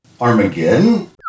Armageddon